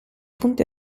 punti